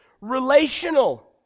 Relational